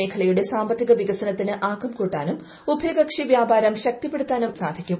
മേഖലയുടെ സാമ്പത്തിക വികസനത്തിന് ആക്കം കൂട്ടാനും ഉഭയകക്ഷി വ്യാപാരം ശക്തിപ്പെടുത്താനും സായിക്കും